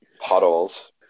puddles